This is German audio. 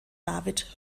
david